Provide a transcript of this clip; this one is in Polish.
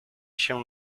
się